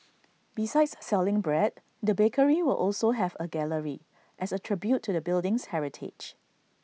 besides selling bread the bakery will also have A gallery as A tribute to the building's heritage